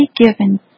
given